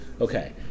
Okay